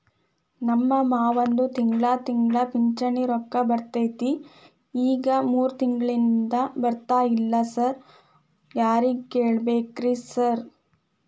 ನಮ್ ಮಾವಂದು ತಿಂಗಳಾ ತಿಂಗಳಾ ಪಿಂಚಿಣಿ ರೊಕ್ಕ ಬರ್ತಿತ್ರಿ ಈಗ ಮೂರ್ ತಿಂಗ್ಳನಿಂದ ಬರ್ತಾ ಇಲ್ಲ ಸಾರ್ ಯಾರಿಗ್ ಕೇಳ್ಬೇಕ್ರಿ ಸಾರ್?